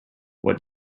what